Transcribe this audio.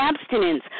abstinence